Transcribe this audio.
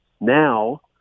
now